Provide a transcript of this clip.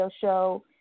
Show